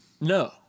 No